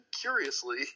curiously